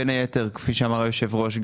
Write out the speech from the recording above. בין היתר כפי שאמר היושב-ראש,